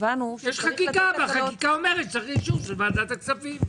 יש חקיקה והחקיקה אומרת שצריך אישור של ועדת הכספים.